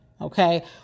Okay